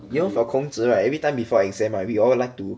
you know for 孔子 right every time before exam right we all like to